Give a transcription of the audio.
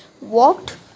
walked